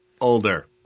Older